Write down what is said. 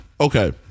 okay